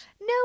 No